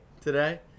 today